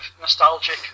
nostalgic